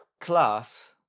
class